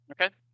Okay